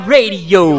Radio